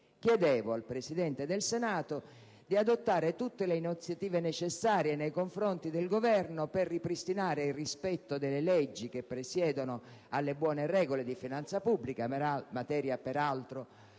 Chiedevo al Presidente del Senato di adottare tutte le iniziative necessarie nei confronti del Governo per ripristinare il rispetto delle leggi che presiedono alle buone regole di finanza pubblica, materia peraltro